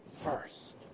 first